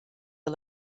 are